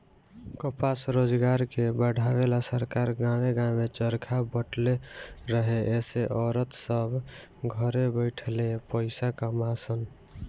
कपास रोजगार के बढ़ावे ला सरकार गांवे गांवे चरखा बटले रहे एसे औरत सभ घरे बैठले पईसा कमा सन